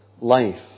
life